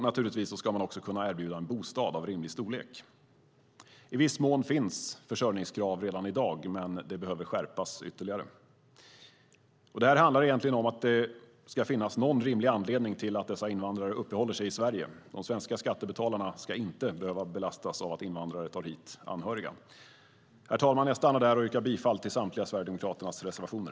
Naturligtvis ska man också kunna erbjuda en bostad av rimlig storlek. I viss mån finns försörjningskrav redan i dag, men de behöver skärpas ytterligare. Det här handlar egentligen om att det ska finnas någon rimlig anledning till att dessa invandrare uppehåller sig i Sverige. De svenska skattebetalarna ska inte behöva belastas av att invandrare tar hit anhöriga. Herr talman! Jag stannar där och yrkar bifall till Sverigedemokraternas samtliga reservationer.